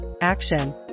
action